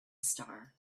star